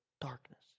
darkness